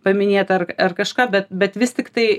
paminėtą ar ar kažką bet bet vis tiktai